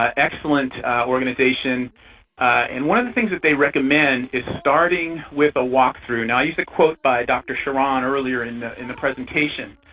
ah excellent organization and one of the things that they recommend is starting with a walk-through. now i used a quote by dr. charan earlier in the in the presentation,